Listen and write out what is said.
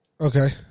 Okay